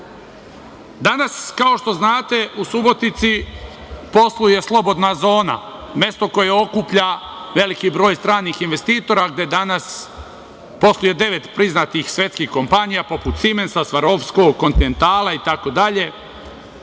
Danas, kao što znate, u Subotici posluje Slobodna zona, mesto koje okuplja veliki broj stranih investitora, gde danas posluje devet priznatih svetskih kompanija, poput „Simensa“, „Svarovskog“, „Kontinentala“ itd.